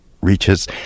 reaches